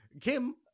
Kim